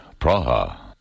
Praha